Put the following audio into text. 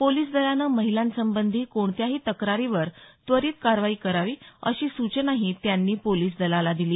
पोलिसदलानं महिलांसंबधी कोणत्याही तक्रारीवर त्वरीत कारवाई करावी अशी सूचनाही त्यांनी पोलिसदलाला दिली